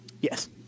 Yes